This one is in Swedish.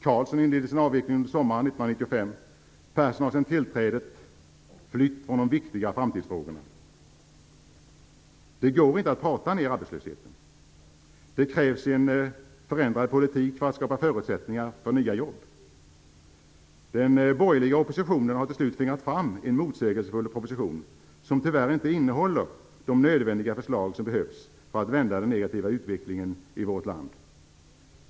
Carlsson inledde sin avveckling under sommaren 1995. Persson har sedan tillträdet flytt från de viktiga framtidsfrågorna. Det går inte att prata ner arbetslösheten. Det krävs en förändrad politik för att skapa förutsättningar för nya jobb. Den borgerliga oppositionen har till slut tvingat fram en motsägelsefull proposition, som tyvärr inte innehåller de nödvändiga förslag som behövs för att vända den negativa utvecklingen i vårt land.